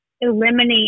eliminate